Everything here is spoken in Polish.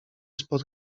spod